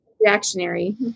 reactionary